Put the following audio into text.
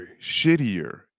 shittier